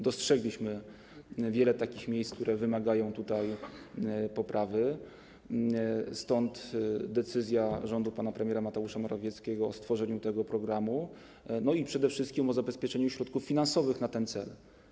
Dostrzegliśmy wiele takich miejsc, które wymagają poprawy, stąd decyzja rządu pana premiera Mateusza Morawieckiego o stworzeniu tego programu i przede wszystkim o zabezpieczeniu środków finansowych na ten cel.